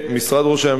מוכר למשרד?